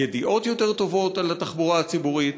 ידיעות יותר טובות על התחבורה הציבורית.